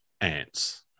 ants